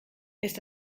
ist